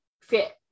fit